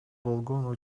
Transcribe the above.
болгон